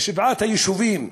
בשבעת היישובים: